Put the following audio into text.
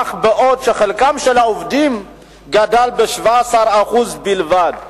אך בעוד חלקם של העובדים גדל ב-17% בלבד,